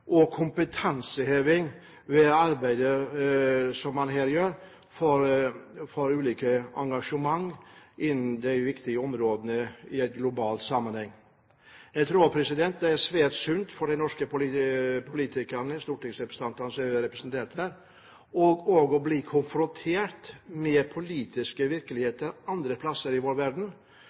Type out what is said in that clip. og gjennom kompetanseheving ved å arbeide som man her gjør, for ulike engasjementer innen viktige områder i en global sammenheng. Jeg tror også det er svært sunt for de norske stortingsrepresentantene som er representert der, å bli konfrontert med den politiske virkelighet andre steder i vår verden